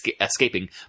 escaping